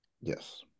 Yes